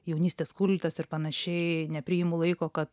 jaunystės kultas ir panašiai nepriimu laiko kad